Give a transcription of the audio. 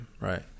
Right